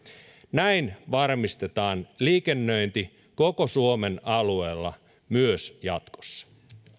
näin varmistetaan liikennöinti koko suomen alueella myös jatkossa